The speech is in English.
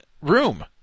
room